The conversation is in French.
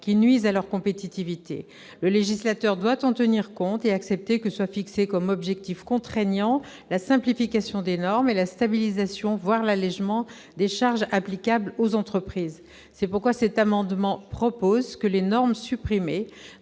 qui nuisent à leur compétitivité. Le législateur doit en tenir compte et accepter comme objectifs contraignants la simplification des normes et la stabilisation, voire l'allégement, des charges applicables aux entreprises. Les auteurs de cet amendement proposent donc que les normes supprimées